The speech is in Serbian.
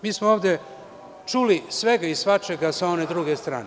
Mi smo ovde čuli svega i svačega sa one druge strane.